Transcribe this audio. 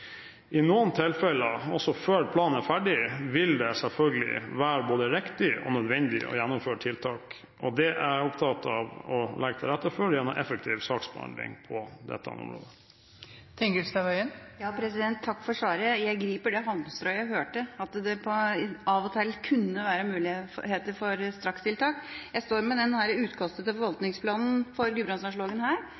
I noen tilfeller, også før planen er ferdig, vil det selvfølgelig være både riktig og nødvendig å gjennomføre tiltak, og det er jeg opptatt av å legge til rette for gjennom effektiv saksbehandling på dette området. Takk for svaret. Jeg griper det halmstrået jeg hørte, at det av og til kunne være muligheter for strakstiltak. Jeg står her med utkastet til